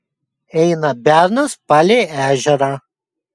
eina bernas palei ežerą